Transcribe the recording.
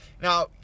Now